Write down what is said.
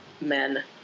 men